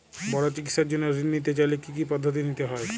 বড় চিকিৎসার জন্য ঋণ নিতে চাইলে কী কী পদ্ধতি নিতে হয়?